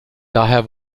daher